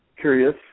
curious